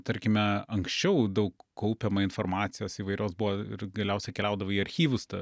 tarkime anksčiau daug kaupiama informacijos įvairios buvo ir galiausiai keliaudavo į archyvus ta